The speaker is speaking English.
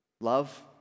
love